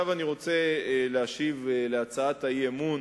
עכשיו אני רוצה להשיב על הצעת האי-אמון